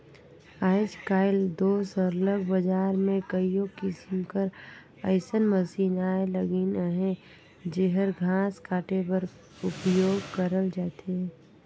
आएज काएल दो सरलग बजार में कइयो किसिम कर अइसन मसीन आए लगिन अहें जेहर घांस काटे बर उपियोग करल जाथे